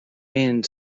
end